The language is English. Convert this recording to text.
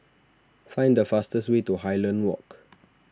find the fastest way to Highland Walk